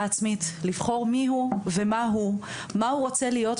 עצמית; לבחור מי הוא ומה הוא; מה הוא רוצה להיות,